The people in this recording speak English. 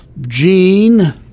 Gene